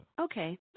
Okay